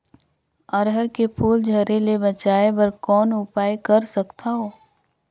अरहर के फूल झरे ले बचाय बर कौन उपाय कर सकथव?